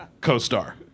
Co-star